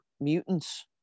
mutants